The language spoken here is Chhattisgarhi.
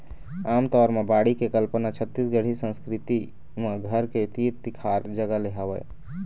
आमतौर म बाड़ी के कल्पना छत्तीसगढ़ी संस्कृति म घर के तीर तिखार जगा ले हवय